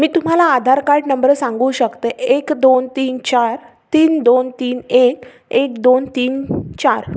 मी तुम्हाला Aadhaar card number सांगू शकते एक दोन तीन चार तीन दोन तीन एक एक दोन तीन चार